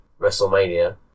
Wrestlemania